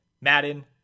Madden